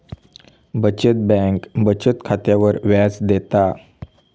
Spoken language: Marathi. बचत बँक बचत खात्यावर व्याज देता